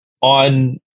on